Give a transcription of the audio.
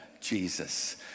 Jesus